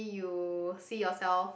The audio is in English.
you see yourself